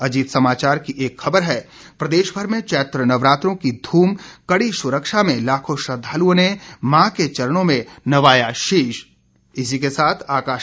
अजीत समाचार की एक खबर है प्रदेशभर में चैत्र नवरात्रों की धूम कड़ी सुरक्षा में लाखों श्रद्वालुओं ने मां के चरणों में नवाया शीश